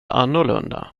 annorlunda